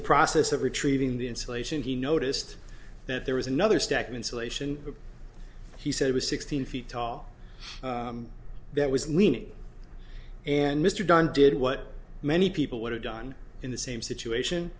the process of retrieving the insulation he noticed that there was another stack of insulation he said was sixteen feet tall that was leaning and mr dunn did what many people would have done in the same situation